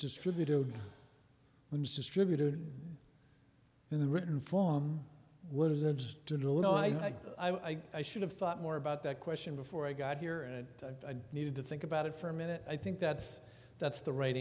distributed when it's distributed in the written form what deserves to know why i should have thought more about that question before i got here and it needed to think about it for a minute i think that that's the right